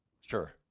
sure